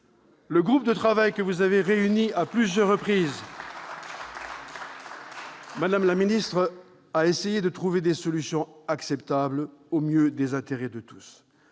Le groupe de travail que vous avez réuni à plusieurs reprises, madame la ministre, a essayé de trouver des solutions acceptables, au mieux des intérêts de tous.